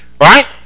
Right